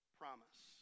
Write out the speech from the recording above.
promise